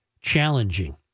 challenging